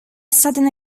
sudden